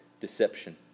Deception